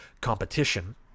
competition